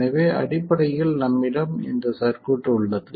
எனவே அடிப்படையில் நம்மிடம் இந்த சர்க்யூட் உள்ளது